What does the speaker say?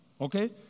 Okay